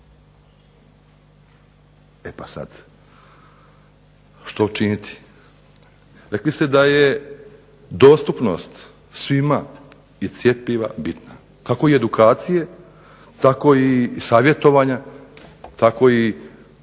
E pa sada što činiti? Rekli ste da je dostupnost svijam cjepiva bitna, tako i edukacije, tako i savjetovanja tako i školskog